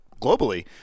globally